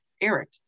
eric